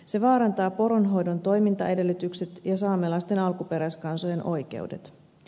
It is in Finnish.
se vaarantaa poronhoidon toimintaedellytykset ja saamelaisten alkuperäiskansojen oikeudet